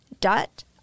dot